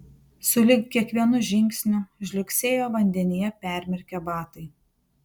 sulig kiekvienu žingsniu žliugsėjo vandenyje permirkę batai